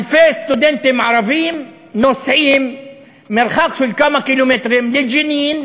אלפי סטודנטים ערבים נוסעים מרחק של כמה קילומטרים לג'נין,